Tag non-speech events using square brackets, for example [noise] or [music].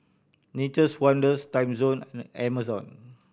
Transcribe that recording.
Nature's Wonders Timezone [unintelligible] Amazon